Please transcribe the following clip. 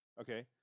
okay